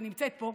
שנמצאת פה,